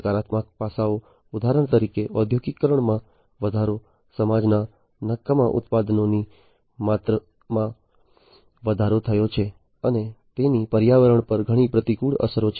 નકારાત્મક પાસાઓ ઉદાહરણ તરીકે ઔદ્યોગિકીકરણમાં વધારો સમાજમાં નકામા ઉત્પાદનોની માત્રામાં વધારો થયો છે અને તેની પર્યાવરણ પર ઘણી પ્રતિકૂળ અસરો છે